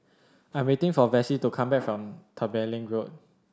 I am waiting for Vassie to come back from Tembeling Road